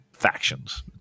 factions